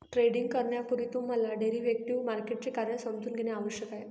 trading करण्यापूर्वी तुम्हाला derivative मार्केटचे कार्य समजून घेणे आवश्यक आहे